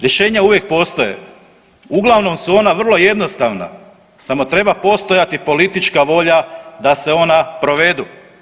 Rješenja uvijek postoje, uglavnom su ona vrlo jednostavna samo treba postojati politička volja da se ona provedu.